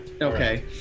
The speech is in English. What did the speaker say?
okay